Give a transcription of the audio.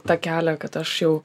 tą kelią kad aš jau